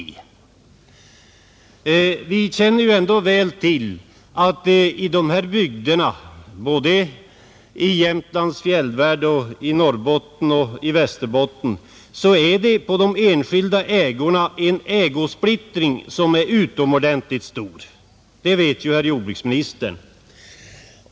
Vi känner ändå väl till att i dessa bygder — både i Jämtlands fjällvärld och i Norrbotten och Västerbotten — är det på de enskilda markerna en mycket stor ägosplittring. Det vet ju herr jordbruksministern.